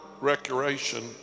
recreation